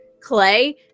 clay